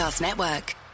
network